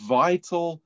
vital